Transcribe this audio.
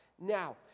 Now